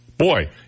Boy